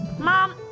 Mom